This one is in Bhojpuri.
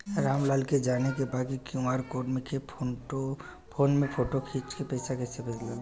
राम लाल के जाने के बा की क्यू.आर कोड के फोन में फोटो खींच के पैसा कैसे भेजे जाला?